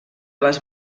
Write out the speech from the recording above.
les